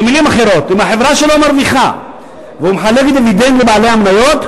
במלים אחרות: אם החברה שלו מרוויחה והוא מחלק דיבידנד לבעלי המניות,